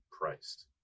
priced